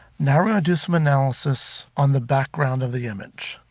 now we're going to do some analysis on the background of the image.